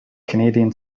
canadian